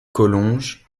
collonges